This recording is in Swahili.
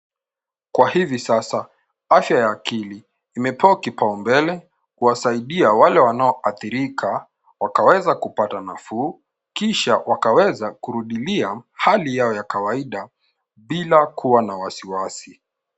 Kwa hivi sasa, afya ya akili imepewa kipao mbele kuwasaidia wale wanaoathirika wakaweza kupata nafuu kisha wakaweza kurudilia hali yao ya kawaida bila kuwa na wasiwasi.